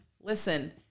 Listen